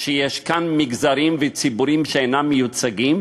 שיש כאן מגזרים וציבורים שאינם מיוצגים?